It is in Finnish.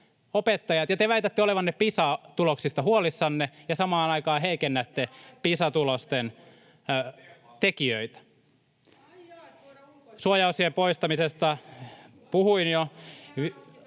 — te väitätte olevanne Pisa-tuloksista huolissanne ja samaan aikaan heikennätte Pisa-tulosten tekijöitä. Suojaosien poistamisesta puhuin jo.